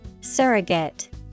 Surrogate